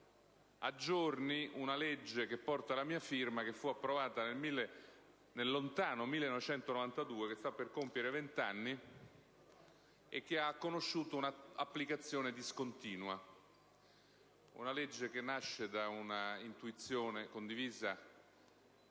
aggiorni una legge che porta la mia firma, approvata nel lontano 1992, che sta per compiere vent'anni e che ha conosciuto un'applicazione discontinua: una legge che nasce da una intuizione, condivisa